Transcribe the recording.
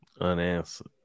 unanswered